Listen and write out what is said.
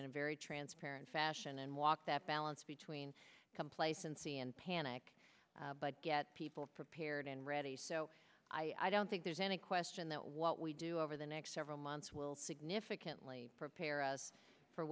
in a very transparent fashion and walk that balance between complacency and panic but get people prepared and ready so i don't think there's any question that what we do over the next several months will significantly prepare us for